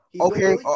Okay